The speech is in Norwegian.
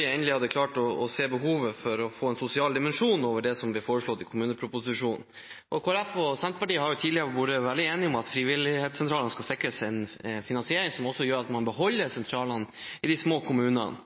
for endelig å ha klart å se behovet for en sosial dimensjon over det som ble foreslått i kommuneproposisjonen. Kristelig Folkeparti og Senterpartiet har tidligere vært veldig enige om at frivillighetssentralene skal sikres en finansiering som også gjør at man beholder sentralene i de små kommunene.